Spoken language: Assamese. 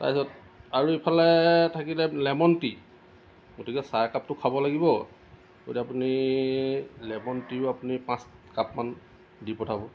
তাৰ পাছত আৰু এইফালে থাকিলে লেমন টি গতিকে চাহ একাপটো খাব লাগিব গতিকে আপুনি লেমন টিও আপুনি পাঁচ কাপমান দি পঠাব